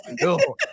no